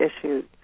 issues